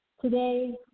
Today